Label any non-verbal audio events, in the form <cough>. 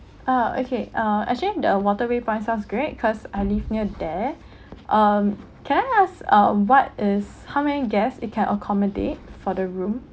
uh okay uh actually the waterway point sounds great cause I live near there <breath> um can I ask um what is how many guest it can accommodate for the room